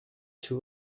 two